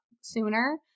sooner